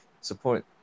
support